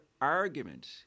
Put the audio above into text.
argument